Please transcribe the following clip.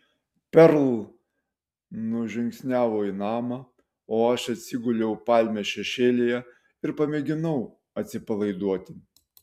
perl nužingsniavo į namą o aš atsiguliau palmės šešėlyje ir pamėginau atsipalaiduoti